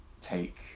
take